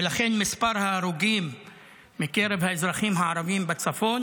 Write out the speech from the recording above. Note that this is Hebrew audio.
ולכן מספר ההרוגים בקרב האזרחים הערבים בצפון